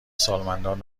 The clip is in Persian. سالمندان